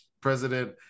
President